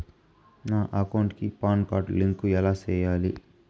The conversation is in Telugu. నా అకౌంట్ కి పాన్ కార్డు లింకు ఎలా సేయాలి